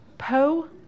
Poe